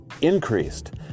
increased